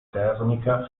termica